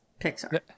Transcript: Pixar